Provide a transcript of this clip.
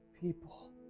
people